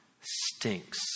stinks